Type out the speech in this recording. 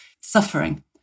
suffering